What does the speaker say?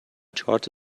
چارت